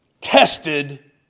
tested